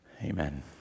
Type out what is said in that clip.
Amen